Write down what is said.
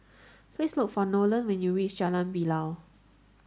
please look for Nolan when you reach Jalan Bilal